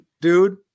Dude